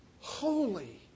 Holy